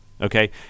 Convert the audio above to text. Okay